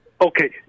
Okay